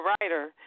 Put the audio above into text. writer